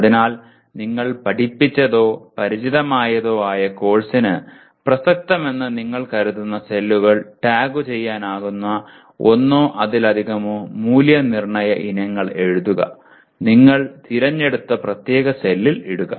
അതിനാൽ നിങ്ങൾ പഠിപ്പിച്ചതോ പരിചിതമായതോ ആയ കോഴ്സിന് പ്രസക്തമെന്ന് നിങ്ങൾ കരുതുന്ന സെല്ലുകൾ ടാഗുചെയ്യാനാകുന്ന ഒന്നോ അതിലധികമോ മൂല്യനിർണ്ണയ ഇനങ്ങൾ എഴുതുക നിങ്ങൾ തിരഞ്ഞെടുത്ത പ്രത്യേക സെല്ലിൽ ഇടുക